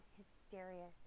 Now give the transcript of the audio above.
hysteria